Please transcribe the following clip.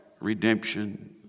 redemption